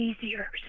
easier